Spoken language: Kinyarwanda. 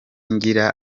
ngira